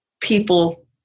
people